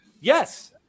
Yes